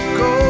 go